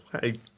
hey